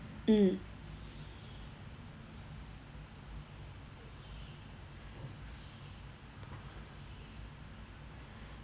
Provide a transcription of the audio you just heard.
mm